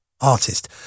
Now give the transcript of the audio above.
artist